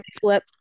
Flip